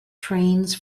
trains